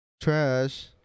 Trash